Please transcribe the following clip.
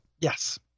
Yes